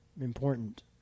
important